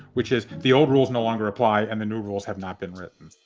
which is the old rules no longer apply. and the new rules have not been written